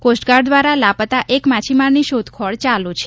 coast guard દ્વારા લાપત્તા એક માછીમારની શોધખોળ ચાલ્ છે